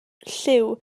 lliw